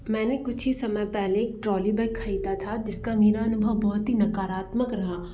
मैंने कुछ ही समय पहले एक ट्रॉली बैग ख़रीदा था जिसका मेरा अनुभव बहुत ही नकारात्मक रहा